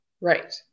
right